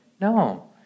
No